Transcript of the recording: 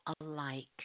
alike